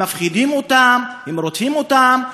הם מפחידים אותם, הם רודפים אותם,